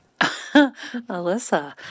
Alyssa